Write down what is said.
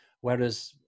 whereas